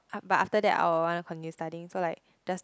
but after that I will wanna continue studying so like just